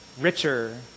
richer